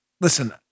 listen